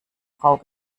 frau